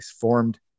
formed